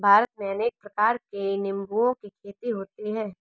भारत में अनेक प्रकार के निंबुओं की खेती होती है